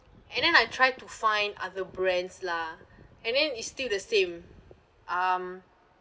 and then I try to find other brands lah and then it's still the same um